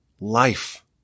life